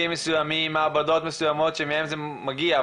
מסוימים ומעבדות מסוימות שמהם זה מגיע,